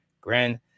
grand